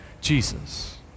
Jesus